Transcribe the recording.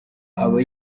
aba